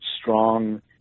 strong